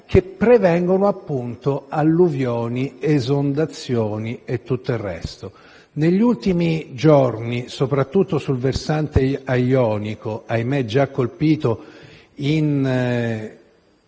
per prevenire, appunto, alluvioni, esondazioni e tutto il resto. Negli ultimi giorni, soprattutto sul versante ionico - ahimè già colpito in